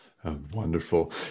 Wonderful